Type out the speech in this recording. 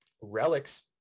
relics